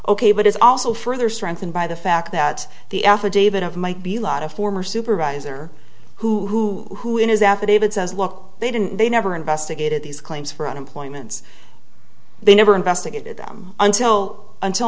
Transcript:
ok but it's also further strengthened by the fact that the affidavit of might be a lot of former supervisor who in his affidavit says look they didn't they never investigated these claims for unemployment they never investigated them until until